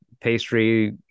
pastry